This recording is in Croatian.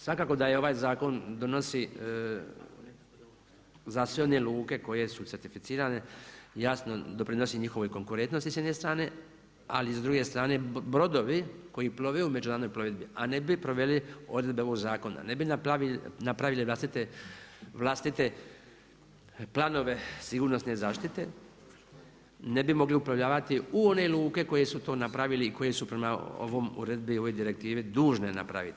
Svakako da ovaj zakon donosi za sve one luke koje su certificirane jasno doprinosi njihovoj konkurentnosti s jedne strane, ali s druge strane brodovi koji plove u međunarodnoj plovidbi, a ne bi proveli odredbe ovog zakona, ne bi napravili vlastite planove sigurnosne zaštite, ne bi mogli uplovljavati u one luke koje su to napravili i koje su prema ovoj uredbi, ovoj direktivi dužne napraviti.